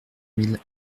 mille